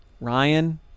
Ryan